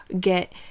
get